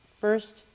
first